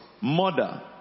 murder